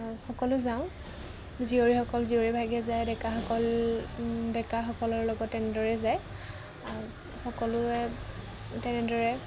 সকলো যাওঁ জীয়ৰীসকল জীয়ৰী ভাগে যায় ডেকাসকল ডেকাসকলৰ লগত তেনেদৰেই যায় সকলোৱে তেনেদৰে